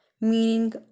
meaning